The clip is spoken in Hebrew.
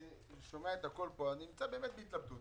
ואני נמצא באמת בהתלבטות.